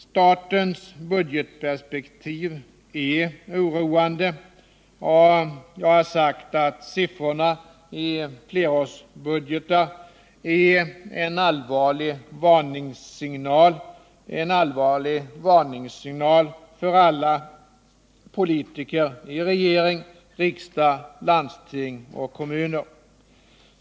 Statens budgetperspektiv är oroande. Jag har sagt att siffrorna i flerårsbudgeter är en allvarlig signal för alla politiker i regering, riksdag, landsting och kommuner.